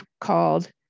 called